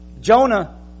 Jonah